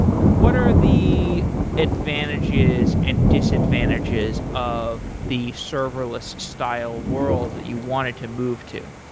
what are the advantages and disadvantages of the serverless style world that you wanted to move to?